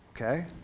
Okay